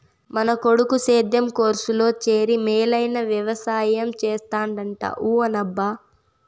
మన కొడుకు సేద్యం కోర్సులో చేరి మేలైన వెవసాయం చేస్తాడంట ఊ అనబ్బా